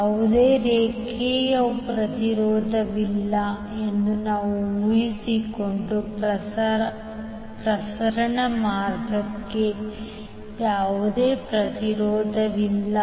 ಯಾವುದೇ ರೇಖೆಯ ಪ್ರತಿರೋಧವಿಲ್ಲ ಎಂದು ನಾವು ಊಹಿಸಿಕೊಂಡು ಪ್ರಸರಣ ಮಾರ್ಗಕ್ಕೆ ಯಾವುದೇ ಪ್ರತಿರೋಧವಿಲ್ಲ